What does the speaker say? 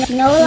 no